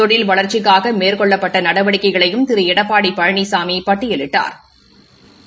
தொழில் வளர்ச்சிக்காக மேற்கொள்ளப்பட்ட நடவடிக்கைகளையும் திரு எடப்பாடி பழனிசாமி பட்டியலிட்டாா்